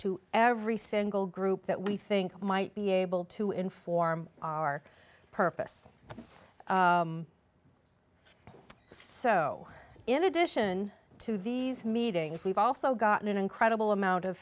to every single group that we think might be able to inform our purpose so in addition to these meetings we've also gotten an incredible amount of